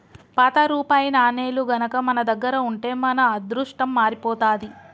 పాత రూపాయి నాణేలు గనక మన దగ్గర ఉంటే మన అదృష్టం మారిపోతాది